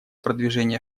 продвижения